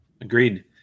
Agreed